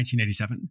1987